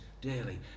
daily